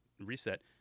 reset